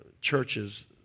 churches